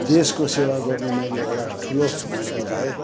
देशको सेवा गर्ने मैले एउटा ठुलो मौका पाएँ